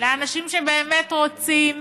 לאנשים שבאמת רוצים